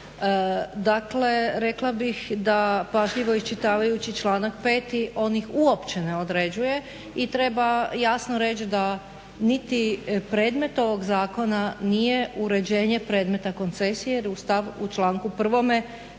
Dakle, rekla bih da pažljivo iščitavajući članak 5. on ih uopće ne određuje i treba jasno reć da niti predmet ovog zakona nije uređenje predmeta koncesije, jer u članku 1. se